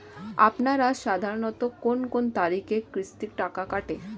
আপনারা সাধারণত কোন কোন তারিখে কিস্তির টাকা কাটে?